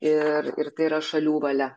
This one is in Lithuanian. ir ir tai yra šalių valia